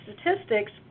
statistics